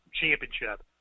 championship